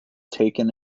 taken